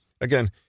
Again